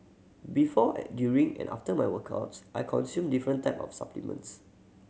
before during and after my workouts I consume different type of supplements